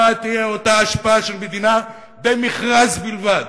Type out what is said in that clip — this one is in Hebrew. מה תהיה אותה השפעה של מדינה במכרז בלבד,